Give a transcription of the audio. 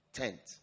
tent